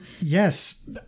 Yes